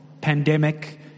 Pandemic